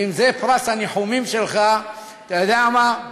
ואם זה פרס הניחומים שלך, אתה יודע מה,